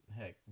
Heck